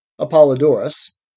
Apollodorus